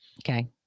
Okay